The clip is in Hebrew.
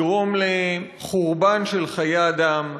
תגרום לחורבן של חיי אדם,